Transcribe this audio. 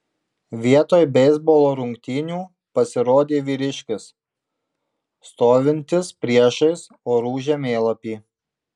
vietoj beisbolo rungtynių pasirodė vyriškis stovintis priešais orų žemėlapį